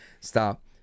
Stop